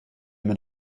med